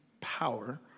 power